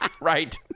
right